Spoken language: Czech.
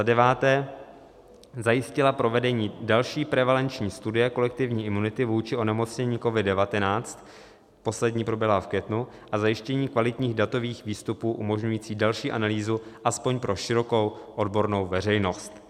9. zajistila provedení další prevalenční studie kolektivní imunity vůči onemocnění COVID19 poslední proběhla v květnu a zajištění kvalitních datových výstupů umožňujících další analýzu aspoň pro širokou odbornou veřejnost.